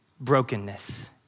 brokenness